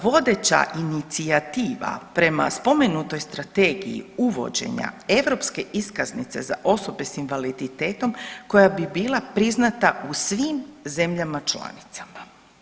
Vodeća inicijativa prema spomenutoj strategiji uvođenja europske iskaznice za osobe s invaliditetom koja bi bila priznata u svim zemljama članicama.